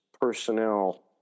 personnel